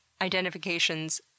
identifications